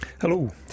Hello